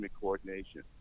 coordination